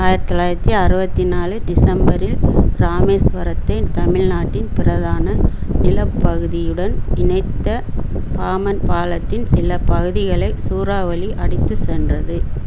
ஆயிர்த்தி தொள்ளாயிரத்தி அறுபத்தி நாலு டிசம்பரில் ராமேஸ்வரத்தின் தமிழ்நாட்டின் பிரதான நில பகுதியுடன் இணைத்த பாமன் பாலத்தின் சில பகுதிகளை சூறாவளி அடித்து சென்றது